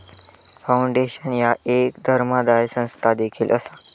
foundation ह्या एक धर्मादाय संस्था देखील असा